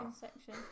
section